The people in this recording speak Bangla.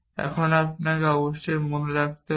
এখন আপনাকে অবশ্যই মনে করতে হবে